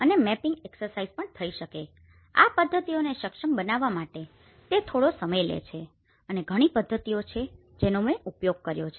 અને mapping exercise પણ આ પદ્ધતિઓને શક્ષમ બનાવવા માટે તે થોડો સમય લે છે અને ઘણી પદ્ધતિઓ છે જેનો મેં ઉપયોગ કર્યો છે